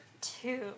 two